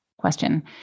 question